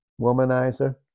womanizer